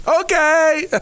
Okay